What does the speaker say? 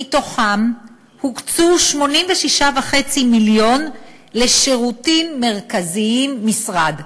מתוכם הוקצו 86.5 מיליון לשירותים מרכזיים, משרד,